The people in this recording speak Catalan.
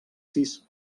sis